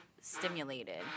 stimulated